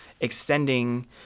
extending